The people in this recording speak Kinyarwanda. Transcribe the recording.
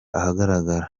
ahagaragara